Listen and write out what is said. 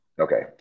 Okay